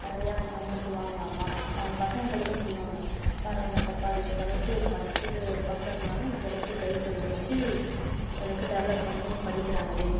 நிறையா நீ அமௌண்ட் வாங்கலாம்மா அவங்க பசங்கள்ட்ட கூட சொல்லுவாங்க பார் இந்தக்கா பார் எந்த அளவுக்கு படித்திட்டு ஒரு பக்கம் இருந்தாலும் இந்த அளவுக்கு கைத்தொழில் வச்சு இந்த அளவுக்கு டெவலப் பண்ணி படிக்கிறாங்களே